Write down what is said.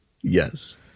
yes